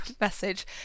message